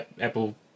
Apple